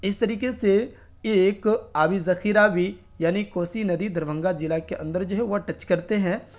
اس طریقے سے ایک آبی ذخیرہ بھی یعنی کوسی ندی دربھنگہ ضلع کے اندر جو ہے وہ ٹچ کرتے ہیں